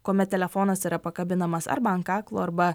kuomet telefonas yra pakabinamas arba ant kaklo arba